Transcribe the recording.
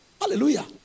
Hallelujah